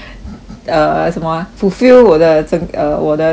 err 什么 ah fulfil 我的这我的那个